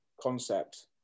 concept